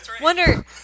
Wonder